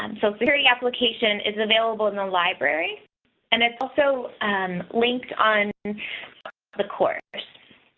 um so very application is available in the library and it's also linked on the course.